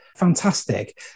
Fantastic